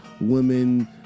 women